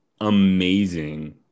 amazing